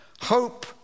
Hope